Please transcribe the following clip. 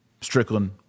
Strickland